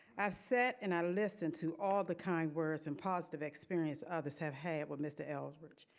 i've sat and i've listened to all the kind words and positive experience others have had with mr. eldredge.